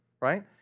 right